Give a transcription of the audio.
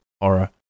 horror